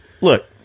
look